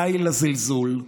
די לזלזול,